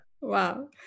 Wow